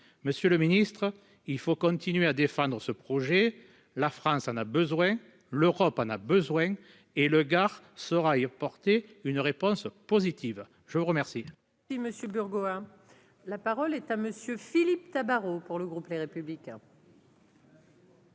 Monsieur le Ministre, il faut continuer à défendre ce projet, la France en a besoin l'Europe en a besoin et le Gard sera y apporter une réponse positive, je vous remercie. Si Monsieur Burgot, hein, la parole est à monsieur Philippe Tabarot pour le groupe Les Républicains.